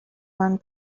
one